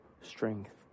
Strength